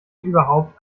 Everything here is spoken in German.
überhaupt